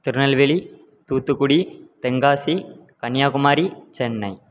Tirunelveli Thoothukudi Tenkasi Kanyakumari Chennai